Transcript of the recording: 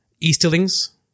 Easterlings